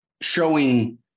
showing